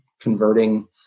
converting